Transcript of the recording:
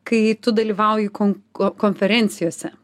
kai tu dalyvauji kon ko konferencijose